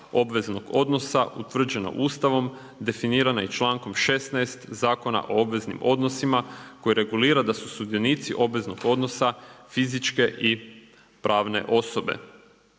obveznog odnosa utvrđeno Ustavom definirana je člankom 16. Zakona o obveznim odnosima koje regulira da su sudionici obveznog odnosa fizičke i pravne osobe.